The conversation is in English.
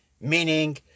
meaning